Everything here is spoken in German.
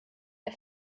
der